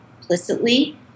implicitly